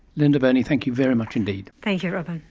linda burney, thank you very much indeed. thank you robyn.